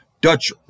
Dutch